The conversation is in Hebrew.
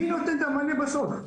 מי נותן את המענה בסוף?